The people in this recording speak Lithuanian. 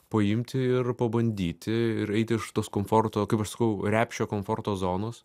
paimti ir pabandyti ir eit iš tos komforto kaip aš sakau repšio komforto zonos